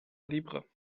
libre